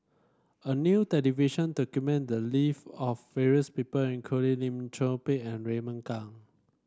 a new television document the live of various people including Lim Chor Pee and Raymond Kang